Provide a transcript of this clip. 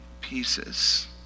pieces